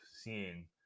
seeing